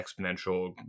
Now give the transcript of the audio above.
exponential